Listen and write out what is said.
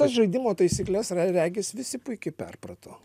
tas žaidimo taisykles re regis visi puikiai perprato